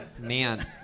man